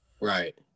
right